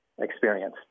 experience